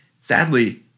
sadly